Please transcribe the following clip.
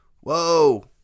Whoa